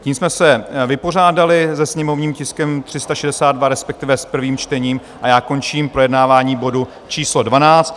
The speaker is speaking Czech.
Tím jsme se vypořádali se sněmovním tiskem 362 , respektive s prvním čtením, a já končím projednávání bodu číslo 12.